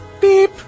Beep